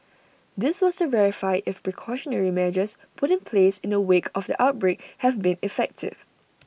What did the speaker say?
this was to verify if the precautionary measures put in place in the wake of the outbreak have been effective